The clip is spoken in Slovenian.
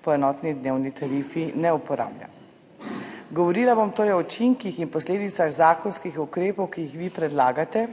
po enotni dnevni tarifi, ne uporablja. Govorila bom o učinkih in posledicah zakonskih ukrepov, ki jih vi predlagate